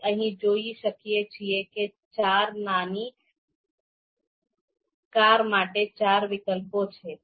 આપણે અહીં જોઈ શકીએ છીએ કે ચાર નાની કાર માટે ચાર વિકલ્પો છે